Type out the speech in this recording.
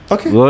Okay